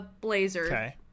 blazer